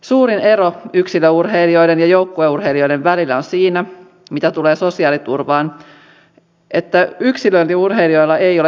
suurin ero yksilöurheilijoiden ja joukkueurheilijoiden välillä mitä tulee sosiaaliturvaan on siinä että yksilöurheilijoilla ei ole työnantajaa